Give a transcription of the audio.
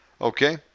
Okay